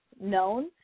known